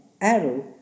arrow